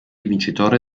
vincitore